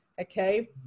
Okay